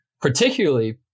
Particularly